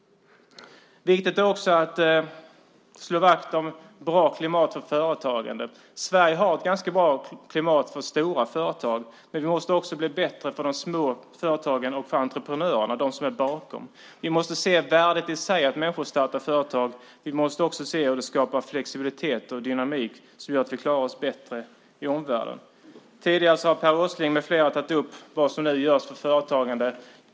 Det är också viktigt att slå vakt om ett bra klimat för företagandet. Sverige har ett ganska bra klimat för stora företag. Det måste bli bättre också för de små företagen och för entreprenörerna. Vi måste se värdet i att människor startar företag. Vi måste också se hur vi skapar flexibilitet och dynamik som gör att vi klarar oss bättre i omvärlden. Tidigare har Per Åsling med flera tagit upp vad som nu görs för företagandet.